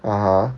(uh huh)